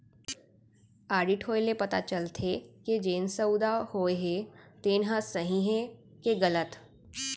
audit होए ले पता चलथे के जेन सउदा होए हे तेन ह सही हे के गलत